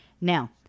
Now